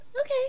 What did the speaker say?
Okay